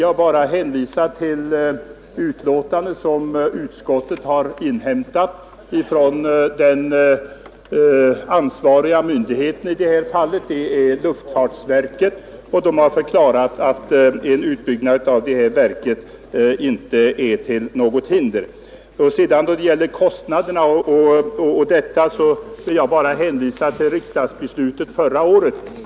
Jag hänvisar till ett utlåtande som utskottet inhämtat från den ansvariga myndigheten, luftfartsverket. Verket har förklarat att en utbyggnad av fältet inte är till hinder. Beträffande kostnaderna vill jag hänvisa till riksdagsbeslutet förra året.